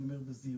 אני אומר בזהירות,